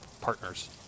partners